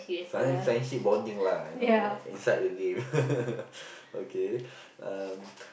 finding friendship bonding lah you know inside the game okay um